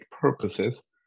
purposes